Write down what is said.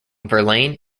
verlaine